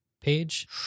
page